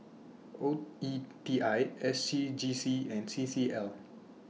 O E T I S C G C and C C L